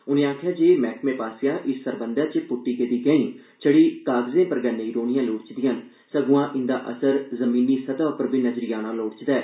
उनें आखेआ ऐ जे मैह्कमे पाससेआ इस सरबंधी च पृट्टी गेदी गैहीं छड़ा कागदें पर गै नेई रौहिनयां लोड़चदिआं न सग्आं इंदा असर जमीनी सतह उप्पर बी नजरी औना लोड़चदा ऐ